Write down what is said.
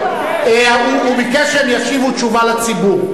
הוא ביקש שהם ישיבו תשובה לציבור.